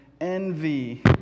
envy